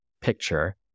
picture